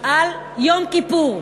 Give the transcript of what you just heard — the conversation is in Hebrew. דיברו על יום כיפור.